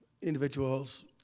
individual's